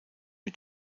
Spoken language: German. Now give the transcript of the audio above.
mit